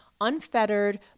unfettered